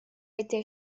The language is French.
été